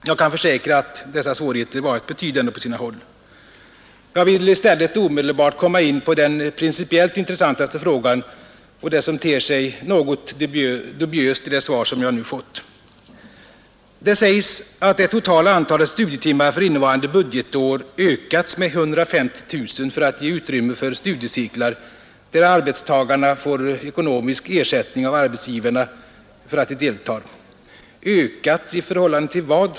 Jag kan försäkra att dessa svårigheter varit betydande på sina håll. Jag vill i stället omedelbart komma in på den principiellt intressantaste frågan och det som ter sig något dubiöst i det svar som jag nu fått. Det sägs att det totala antalet studietimmar för innevarande budgetår ökats med 150 000 för att ge utrymme för studiecirklar, där arbetstagarna får ekonomisk ersättning av arbetsgivarna för att de deltar. Ökat i förhållande till vad?